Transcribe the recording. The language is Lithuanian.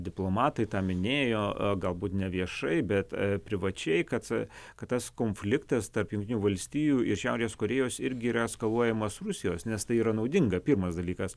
diplomatai tą minėjo galbūt ne viešai bet privačiai kad kad tas konfliktas tarp jungtinių valstijų ir šiaurės korėjos irgi yra eskaluojamas rusijos nes tai yra naudinga pirmas dalykas